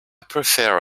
prefer